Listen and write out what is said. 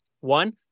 one